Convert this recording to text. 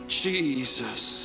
Jesus